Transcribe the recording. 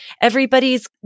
everybody's